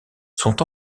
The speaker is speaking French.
sont